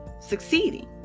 succeeding